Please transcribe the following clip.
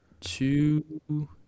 Two